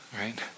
right